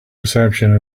reception